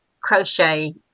crochet